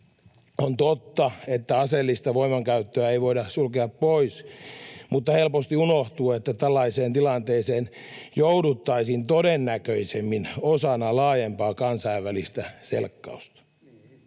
On totta, että aseellista voimankäyttöä ei voida sulkea pois, mutta helposti unohtuu, että tällaiseen tilanteeseen jouduttaisiin todennäköisemmin osana laajempaa kansainvälistä selkkausta.